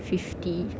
fifty